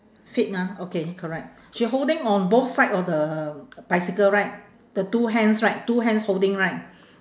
fade ah okay correct she holding on both side of the bicycle right the two hands right two hands holding right